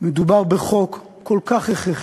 מדובר בחוק כל כך הכרחי,